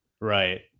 Right